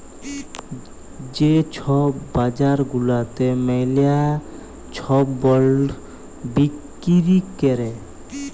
যে ছব বাজার গুলাতে ম্যালা ছব বল্ড বিক্কিরি ক্যরে